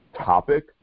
topic